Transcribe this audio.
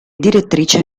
direttrice